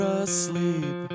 asleep